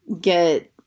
get